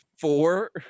Four